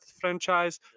franchise